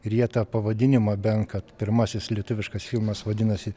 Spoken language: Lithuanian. ir jie tą pavadinimą bent kad pirmasis lietuviškas filmas vadinasi